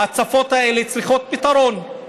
ההצפות האלה צריכות פתרון.